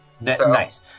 Nice